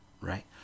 Right